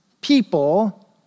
people